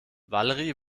valerie